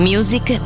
Music